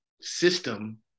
system